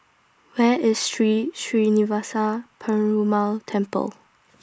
Where IS Sri Srinivasa Perumal Temple